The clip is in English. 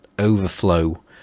overflow